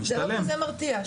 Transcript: זה לא כזה מרתיע.